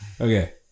okay